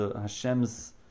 Hashem's